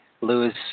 Lewis